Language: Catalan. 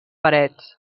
parets